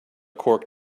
cork